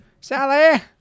Sally